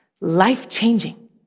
life-changing